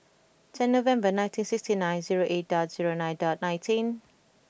ten November nineteen sixty nine zero eight dot zero nine dot nineteen